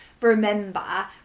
remember